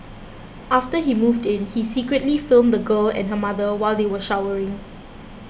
after he moved in he secretly filmed the girl and her mother while they were showering